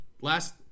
last